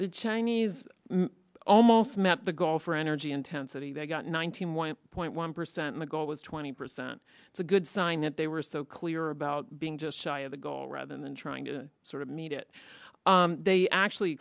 the chinese almost met the goal for energy intensity they got nineteen point one percent the goal was twenty percent it's a good sign that they were so clear about being just shy of the goal rather than trying to sort of meet it they actually